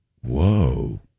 Whoa